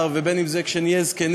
בין אם זה מחר ובין אם כשנהיה זקנים,